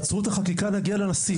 תעצרו את החקיקה ונגיע לנשיא.